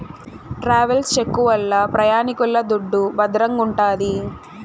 travels check వల్ల ప్రయాణికుల దుడ్డు భద్రంగుంటాది